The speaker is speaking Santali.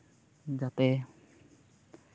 ᱡᱟᱛᱮ